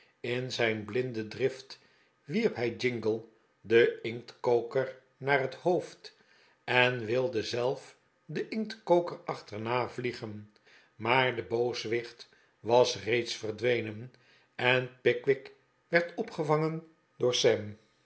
in zijn blinde drift wierp hij jingle den inktkoker naar het hoofd en wilde zelf den inktkoker achterna vliegen maar de booswicht was reeds verdwenen en pickwick werd opgevangen door sam